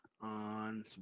on